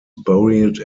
buried